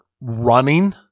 running